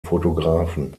fotografen